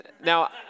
Now